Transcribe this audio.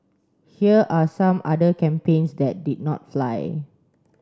here are some other campaigns that did not fly